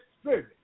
Spirit